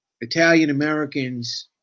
Italian-Americans